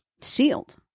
Sealed